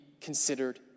considered